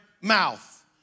mouth